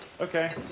Okay